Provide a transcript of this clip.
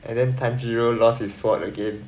and then tanjiro lost his sword again